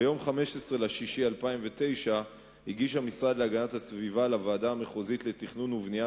ביום 15 ביוני 2009 הגיש המשרד להגנת הסביבה לוועדה המחוזית לתכנון ובנייה